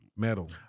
metal